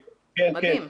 מדהים.